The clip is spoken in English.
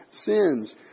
sins